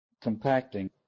compacting